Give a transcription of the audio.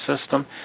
system